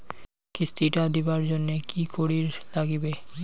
কিস্তি টা দিবার জন্যে কি করির লাগিবে?